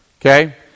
Okay